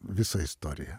visa istorija